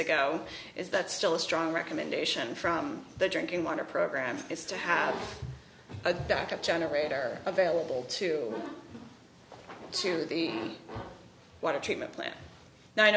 ago is that still a strong recommendation from the drinking water program is to have a backup generator available to to the water treatment plant n